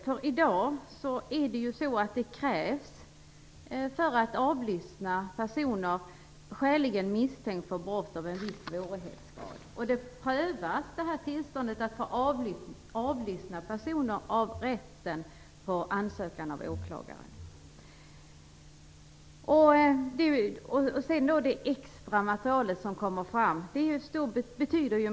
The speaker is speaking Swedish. För att få avlyssna en person krävs det i dag att han eller hon är skäligen misstänkt för brott av en viss svårighetsgrad. Tillstånd att avlyssna personer prövas av rätten på ansökan av åklagare. Det betyder då mycket hur det extra material som kommer fram handhas.